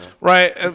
Right